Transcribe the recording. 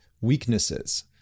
weaknesses